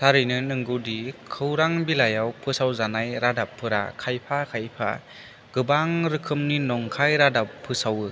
थारैनो नोंगौदि खौरां बिलाइयाव फोसाव जानाय रादाबफोरा खायफा खायफा गोबां रोखोमनि नंखाय रादाब फोसावो